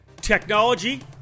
Technology